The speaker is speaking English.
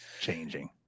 changing